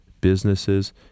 businesses